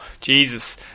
Jesus